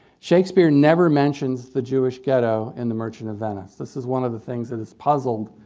shakespeare never mentions the jewish ghetto in the merchant of venice. this is one of the things that has puzzled